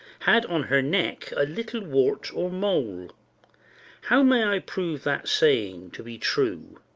had on her neck a little wart or mole how may i prove that saying to be true?